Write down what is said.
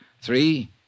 Three